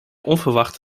onverwacht